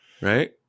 right